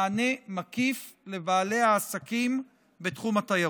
מענה מקיף לבעלי העסקים בתחום התיירות.